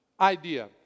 idea